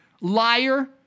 Liar